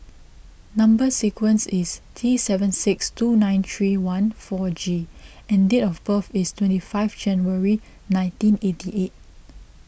Number Sequence is T seven six two nine three one four G and date of birth is twenty five January nineteen eighty eight